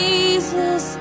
Jesus